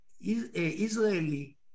Israeli